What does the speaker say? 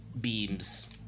beams